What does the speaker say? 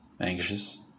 anxious